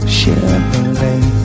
Chevrolet